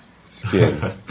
skin